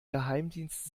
geheimdienst